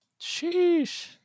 Sheesh